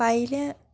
পাৰিলে